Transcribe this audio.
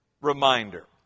reminder